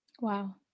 Wow